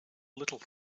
little